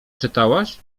czytałaś